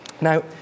Now